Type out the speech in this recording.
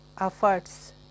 efforts